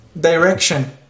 direction